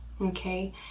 Okay